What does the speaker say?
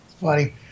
funny